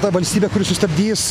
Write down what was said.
ta valstybė kuri sustabdys